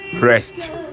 rest